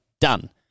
done